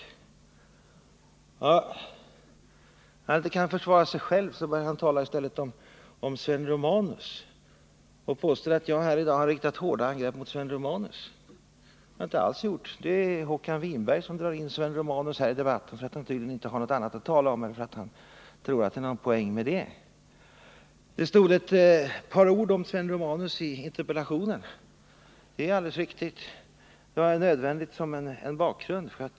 När justitieministern inte kan försvara sig själv börjar han i stället tala om Nr 41 Sven Romanus och påstår att jag här i dag har riktat hårda angrepp mot Sven Fredagen den Romanus. Det har jag inte alls gjort — det är Håkan Winberg som drar in Sven 30 november 1979 Romanus i debatten, tydligen därför att han inte har något annat att tala om eller därför att han tror att det är någon poäng med det. Det stod ett par ord om Sven Romanus i interpellationen — det är alldeles riktigt. Det var nödvändigt för att ge en bakgrund.